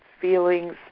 feelings